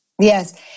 Yes